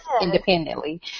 independently